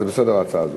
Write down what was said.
זה בסדר, ההצעה הזאת?